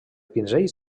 pinzell